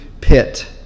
pit